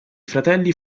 fratelli